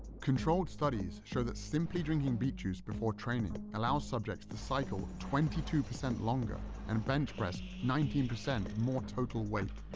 controlled studies show that simply drinking beet juice before training allows subjects to cycle twenty two percent longer, and bench press nineteen percent more total weight.